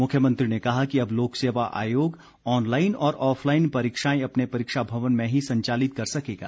मुख्यमंत्री ने कहा कि अब लोकसेवा आयोग ऑनलाईन और ऑफलाईन परीक्षाएं अपने परीक्षा भवन में ही संचालित कर सकेगा